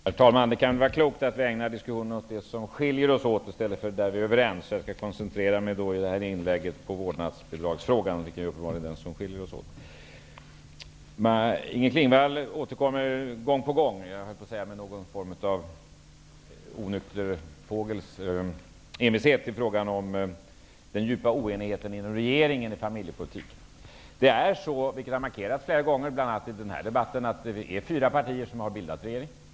Herr talman! Det kan vara klokt att vi ägnar diskussionen åt det vi har skilda uppfattningar om i stället för det där vi är överens. Jag skall därför koncentrera mig i det här inlägget på vårdnadsbidragsfrågan. Det är uppenbarligen där som vi skiljer oss åt. Maj-Inger Klingvall återkommer gång på gång, med en onykter fågels envishet, till frågan om den djupa oenigheten i regeringen om familjepolitiken. Som jag har markerat flera gånger, bl.a. i den här debatten, är det fyra partier som har bildat regering.